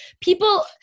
people